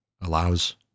allows